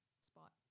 spot